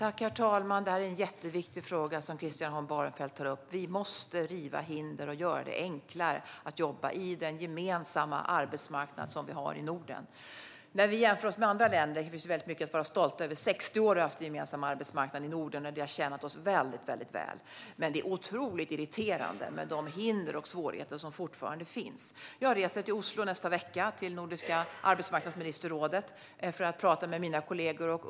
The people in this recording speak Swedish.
Herr talman! Det är en jätteviktig fråga som Christian Holm Barenfeld tar upp. Vi måste riva hinder och göra det enklare att jobba i den gemensamma arbetsmarknad som vi har Norden. När vi jämför oss med andra länder kan vi se att det finns mycket att vara stolta över. I 60 år har vi haft en gemensam arbetsmarknad i Norden, och det har tjänat oss väl. Men det är otroligt irriterande med de hinder och svårigheter som fortfarande finns. Jag reser till nordiska arbetsmarknadsministerrådet i Oslo i nästa vecka för att tala med mina kollegor.